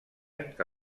que